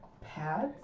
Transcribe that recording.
pads